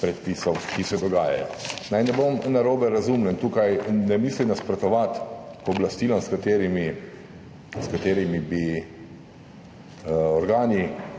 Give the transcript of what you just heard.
predpisov, ki se dogajajo. Naj ne bom narobe razumljen, tukaj ne mislim nasprotovati pooblastilom, s katerimi bi imeli